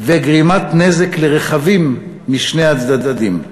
שנגרם בו נזק לרכבים משני הצדדים.